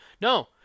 no